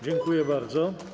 Dziękuję bardzo.